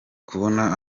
kubona